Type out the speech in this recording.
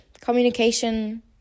communication